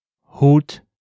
hoed